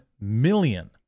million